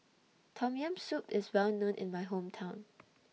Tom Yam Soup IS Well known in My Hometown